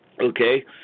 okay